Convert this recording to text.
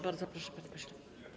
Bardzo proszę, panie pośle.